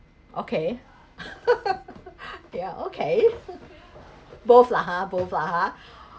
okay yeah okay both lah ha both lah ha